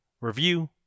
review